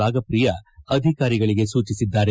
ರಾಗಪ್ರಿಯಾ ಅಧಿಕಾರಿಗಳಿಗೆ ಸೂಚಿಸಿದ್ದಾರೆ